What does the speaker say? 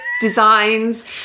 designs